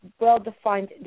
well-defined